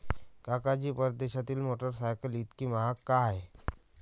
काका जी, परदेशातील मोटरसायकल इतकी महाग का आहे?